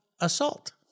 Assault